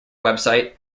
website